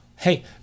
Hey